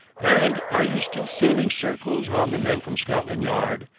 and are you still sailing circles round the men from scotland yard,